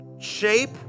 shape